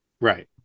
Right